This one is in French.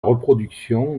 reproduction